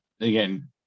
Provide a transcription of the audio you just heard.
again